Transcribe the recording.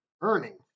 earning